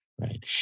Right